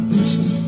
Listen